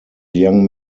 young